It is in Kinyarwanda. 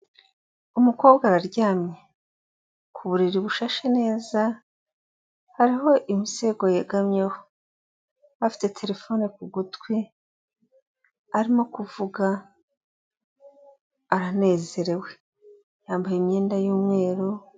Umukobwa araryamye ku buriri bushashe neza, hariho imisego yegamyeho, bafite terefone ku gutwi, arimo kuvuga aranezerewe, yambaye imyenda y'umweru.